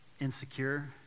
insecure